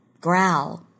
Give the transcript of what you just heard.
growl